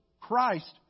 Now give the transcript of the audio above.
Christ